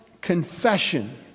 confession